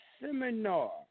Seminar